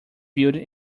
build